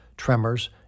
tremors